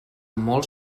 molts